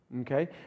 Okay